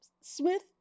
Smith